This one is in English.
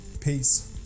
Peace